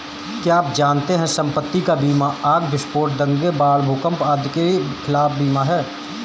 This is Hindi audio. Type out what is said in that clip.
क्या आप जानते है संपत्ति का बीमा आग, विस्फोट, दंगे, बाढ़, भूकंप आदि के खिलाफ बीमा है?